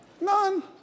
None